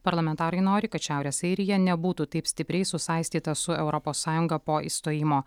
parlamentarai nori kad šiaurės airija nebūtų taip stipriai susaistyta su europos sąjunga po išstojimo